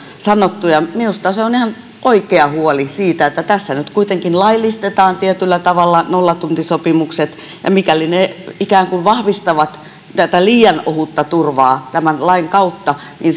sanottu ja minusta se on ihan oikea huoli että tässä nyt kuitenkin laillistetaan tietyllä tavalla nollatuntisopimukset ja mikäli ne ikään kuin vahvistavat tätä liian ohutta turvaa tämän lain kautta niin